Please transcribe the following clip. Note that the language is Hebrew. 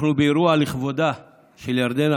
אנחנו באירוע לכבודה של ירדנה,